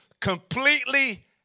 Completely